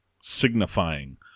signifying